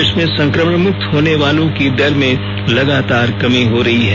देश में संक्रमण मुक्त होने वालों की दर में लगातार कमी हो रही है